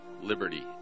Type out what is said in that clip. liberty